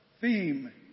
theme